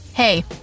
Hey